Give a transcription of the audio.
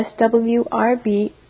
swrb